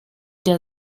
der